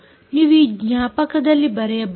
ನೀವು ಈ ಜ್ಞಾಪಕದಲ್ಲಿ ಬರೆಯಬಹುದು